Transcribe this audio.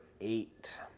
eight